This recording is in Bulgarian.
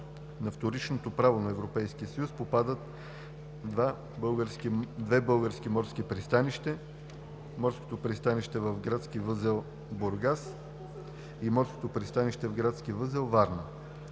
на вторичното право на Европейския съюз попадат две български морски пристанища – „Морското пристанище в градски възел – Бургас“ и „Морското пристанище в градски възел – Варна“.